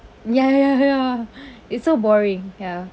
ya ya ya it's so boring ya